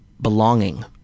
belonging